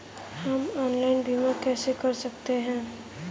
हम ऑनलाइन बीमा कैसे कर सकते हैं?